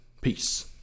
Peace